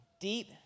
...deep